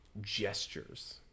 gestures